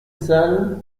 salle